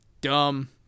Dumb